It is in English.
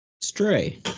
Stray